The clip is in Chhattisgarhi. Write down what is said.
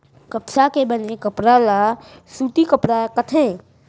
कपसा के बने कपड़ा ल सूती कपड़ा कथें